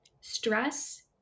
Stress